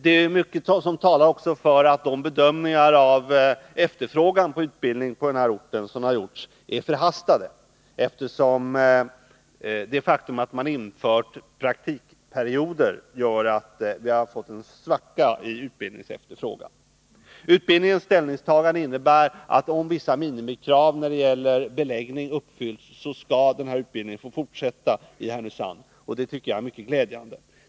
Det är också mycket som talar för att man har dragit förhastade slutsatser av de bedömningar av efterfrågan på utbildning som har gjorts på denna ort. Införandet av praktikperioder har nämligen medfört en svacka i efterfrågan på utbildning. Utskottets ställningstagande innebär att denna utbildning i Härnösand skall få fortsätta om vissa minimikrav i fråga om beläggning uppfylls. Det tycker jag är mycket glädjande.